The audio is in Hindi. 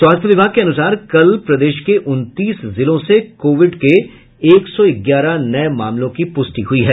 स्वास्थ्य विभाग के अनुसार कल प्रदेश के उनतीस जिलों से कोविड के एक सौ ग्यारह नये मामलों की पुष्टि हुई है